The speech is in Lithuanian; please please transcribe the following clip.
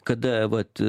kada vat